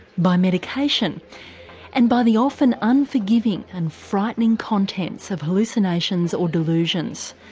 by medication and by the often unforgiving and frightening contents of hallucinations or delusions.